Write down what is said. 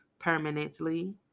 Permanently